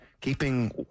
keeping